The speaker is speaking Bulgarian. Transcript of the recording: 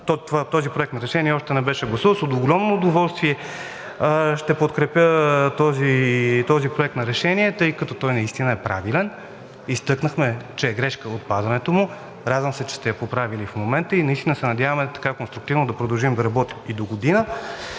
този проект на решение още не беше гласуван. С огромно удоволствие ще подкрепя този проект на решение, тъй като той наистина е правилен. Изтъкнахме, че е грешка отпадането му. Радвам се, че сте я поправили в момента и наистина се надяваме така конструктивно да продължим да работим и догодина.